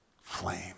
flame